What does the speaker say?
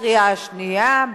לקריאה השנייה.